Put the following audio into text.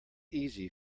easy